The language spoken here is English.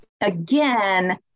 again